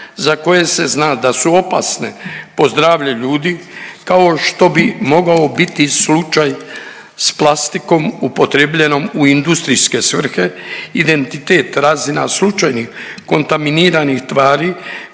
za koje se zna da su opasne po zdravlje ljude kao što bi mogao biti slučaj s plastikom upotrijebljenom u industrijske svrhe, identitet, razina slučajnih kontaminiranih tvari